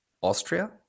Austria